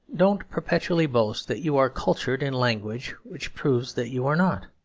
don't perpetually boast that you are cultured in language which proves that you are not.